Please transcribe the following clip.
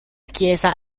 chiesa